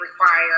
require